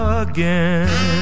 again